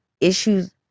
issues